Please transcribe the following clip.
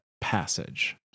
passage